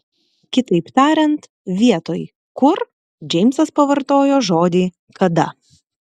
kitaip tariant vietoj kur džeimsas pavartojo žodį kada